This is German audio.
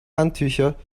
handtücher